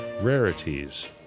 Rarities